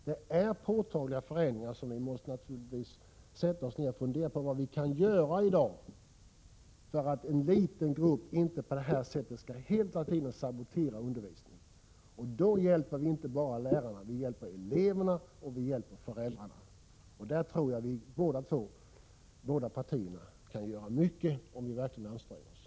Det krävs påtagliga förändringar, så vi måste naturligtvis sätta oss ner och fundera på vad vi kan göra i dag för att en liten grupp inte skall kunna sabotera undervisningen. Då hjälper vi inte bara lärarna, utan också eleverna och föräldrarna. På detta området tror jag att båda partier kan uträtta mycket om vi verkligen anstränger oss.